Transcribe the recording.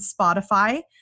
Spotify